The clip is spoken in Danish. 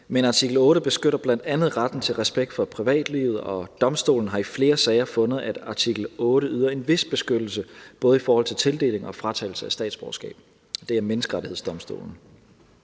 men artikel 8 beskytter bl.a. retten til respekt for privatlivet, og Menneskerettighedsdomstolen har i flere sager fundet, at artikel 8 yder en vis beskyttelse både i forhold til tildeling og fratagelse af statsborgerskab. Det er vurderingen,